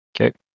Okay